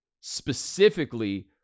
Specifically